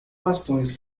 bastões